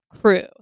crew